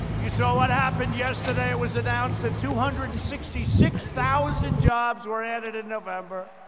you saw what happened yesterday. it was announced that two hundred and sixty six thousand jobs were added in november.